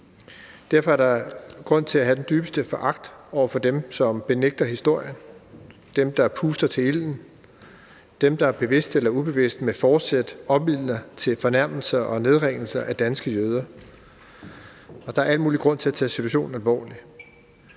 Derfor er der grund til at have den dybeste foragt over for dem, der fornægter historien, dem, der puster til ilden, dem, der bevidst eller ubevidst opildner til fornærmelser og nedgørelse af danske jøder. Og der er al mulig grund til at tage situationen alvorligt.